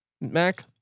Mac